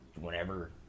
whenever